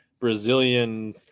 Brazilian